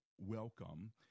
welcome